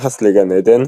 ביחס לגן עדן,